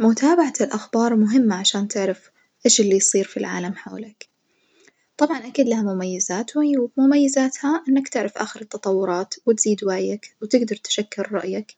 متابعة الأخبار مهمة عشان تعرف إيش اللي يصير في العالم حولك، طبعًا أكيد لها مميزات وعيوب مميزاتها إنك تعرف آخر التطورات وتزيد وعيك وتجدر تشكل رأيك،